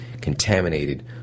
contaminated